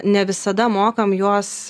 ne visada mokam juos